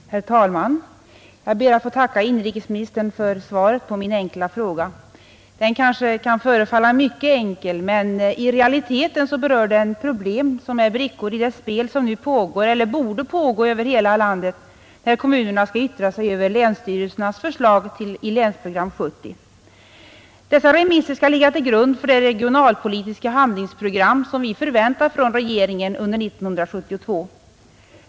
Nr 46 Herr talman! Jag ber att få tacka inrikesministern för svaret på min Torsdagen den enkla fråga. 18 mars 1971 Den kanske kan förefalla mycket enkel, men i realiteten berör den problem, vilka är brickor i det spel som nu pågår eller borde pågå över Ag remissbe hela landet när kommunerna skall yttra sig över länsstyrelsernas förslag i handlingen ex Länsprogram 70. Dessa remisser skall ligga till grund för det regionalpoliregionalpolitiska handlingsprogram tiska handlingsprogram som vi förväntar från regeringen under 1972.